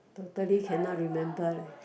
totally cannot remember leh